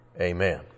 Amen